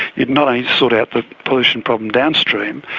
you'd not only sort out the pollution problem downstream,